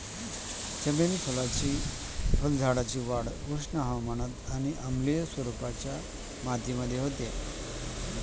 चमेली फुलझाडाची वाढ उष्ण हवामानात आणि आम्लीय स्वरूपाच्या मृदेमध्ये होते